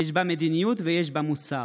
יש בה מדיניות ויש בה מוסר.